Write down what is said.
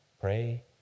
Pray